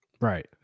Right